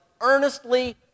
earnestly